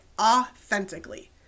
authentically